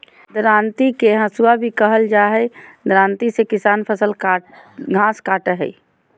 दरांती के हसुआ भी कहल जा हई, दरांती से किसान फसल, घास काटय हई